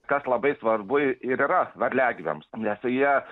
kas labai svarbu ir yra varliagyviams nes jie